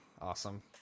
Awesome